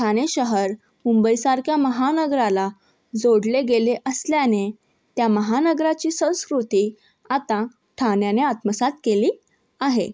थाने शहर मुंबईसारख्या महानगराला जोडले गेले असल्याने त्या महानगराची संस्कृती आता थान्याने आत्मसात केली आहे